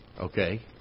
Okay